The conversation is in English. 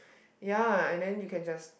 ya and then you can just